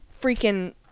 freaking